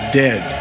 dead